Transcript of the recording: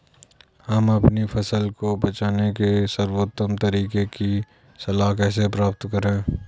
हम अपनी फसल को बचाने के सर्वोत्तम तरीके की सलाह कैसे प्राप्त करें?